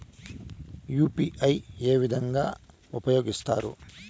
UPI ఏ విధంగా ఉపయోగిస్తారు?